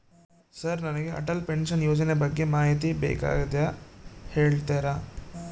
Sir ನನಗೆ Atal pension ಯೋಜನೆ ಬಗ್ಗೆ ಮಾಹಿತಿ ಬೇಕಾಗ್ಯದ ಹೇಳ್ತೇರಾ?